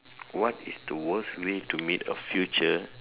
what is the worst way to meet a future